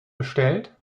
bestellt